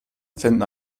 finden